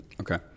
Okay